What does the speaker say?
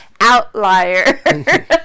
Outlier